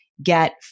Get